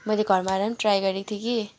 मैले घरमा आएरपनि ट्राई गरेको थिएँ कि